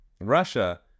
Russia